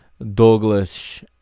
douglas